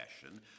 fashion